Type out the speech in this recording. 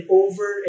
over